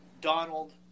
Donald